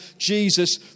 Jesus